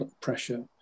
pressure